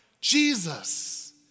Jesus